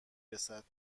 رسد